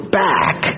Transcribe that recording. back